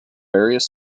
various